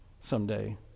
someday